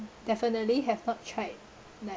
definitely have not tried like